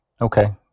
Okay